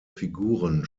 figuren